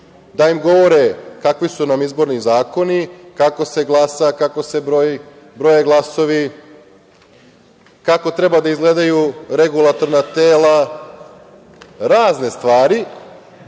da im govore kakvi su nam izborni zakoni, kako se glasa, kako se broji, kako se broje glasovi, kako treba da izgledaju regulatorna tela, razne stvari.